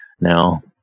now